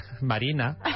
Marina